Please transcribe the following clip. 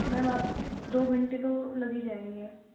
میم آپ دو گھنٹے تو لگ ہی جائیں گے